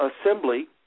assembly